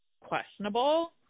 questionable